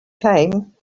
came